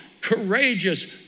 courageous